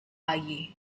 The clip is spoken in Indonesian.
lagi